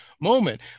moment